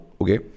okay